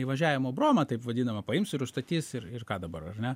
įvažiavimo bromą taip vadinamą paims ir užstatys ir ir ką dabar ar ne